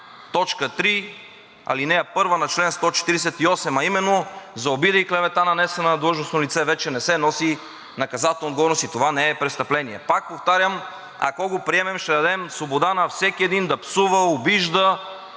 т. 3, ал. 1 на чл. 148, а именно за обида и клевета, нанесена на длъжностно лице, вече не се носи наказателна отговорност и това не е престъпление. Пак повтарям, ако го приемем, ще дадем свобода на всеки един да псува, обижда